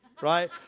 right